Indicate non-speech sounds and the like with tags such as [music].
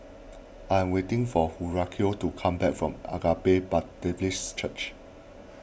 I am waiting for Horacio to come back from Agape [unintelligible] Church